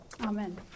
Amen